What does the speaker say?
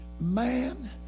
man